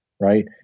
Right